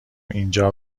اینجا